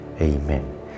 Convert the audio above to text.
Amen